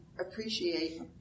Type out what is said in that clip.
appreciate